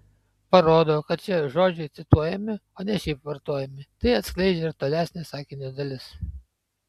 parodo kad šie žodžiai cituojami o ne šiaip vartojami tai atskleidžia ir tolesnė sakinio dalis